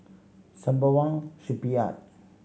Sembawang Shipyard